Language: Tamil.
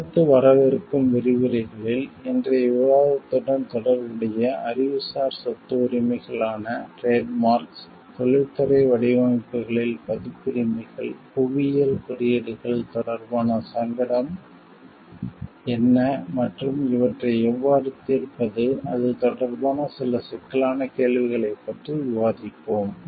அடுத்த வரவிருக்கும் விரிவுரைகளில் இன்றைய விவாதத்துடன் தொடர்புடைய அறிவுசார் சொத்து உரிமைகள் ஆன டிரேட் மார்க்ஸ் தொழில்துறை வடிவமைப்புகளில் பதிப்புரிமைகள் புவியியல் குறியீடுகள் தொடர்பான சங்கடம் என்ன மற்றும் இவற்றை எவ்வாறு தீர்ப்பது அது தொடர்பான சில சிக்கலான கேள்விகளைப் பற்றி விவாதிப்போம்